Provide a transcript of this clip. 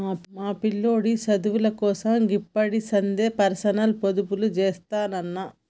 మా పిల్లోడి సదువుకోసం గిప్పడిసందే పర్సనల్గ పొదుపుజేత్తన్న